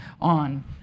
on